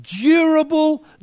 durable